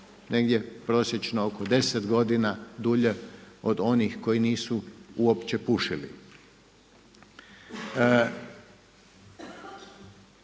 negdje prosječno oko 10 godina dulje od onih koji nisu uopće pušili.